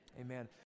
Amen